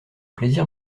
plaisir